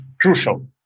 crucial